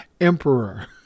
emperor